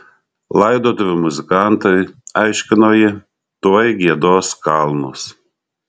laidotuvių muzikantai aiškino ji tuoj giedos kalnus